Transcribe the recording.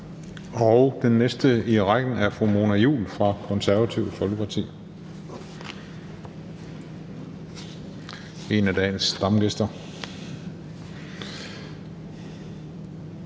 og den næste i rækken er fru Mona Juul fra Det Konservative Folkeparti – en af dagens stamgæster.